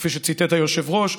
כפי שציטט היושב-ראש,